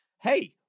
Hey